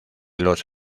los